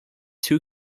two